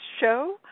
show